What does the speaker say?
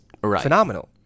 phenomenal